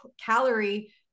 calorie